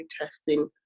testing